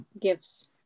gives